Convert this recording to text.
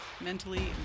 mentally